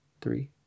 three